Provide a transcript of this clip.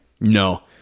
No